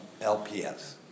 LPS